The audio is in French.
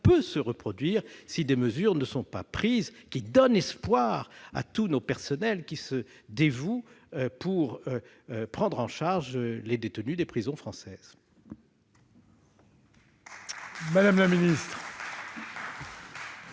se reproduire si des mesures ne sont pas prises, qui donnent espoir à tous nos personnels dévoués pour prendre en charge les détenus des prisons françaises.